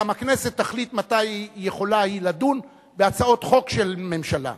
גם הכנסת תחליט מתי יכולה היא לדון בהצעות חוק של הממשלה.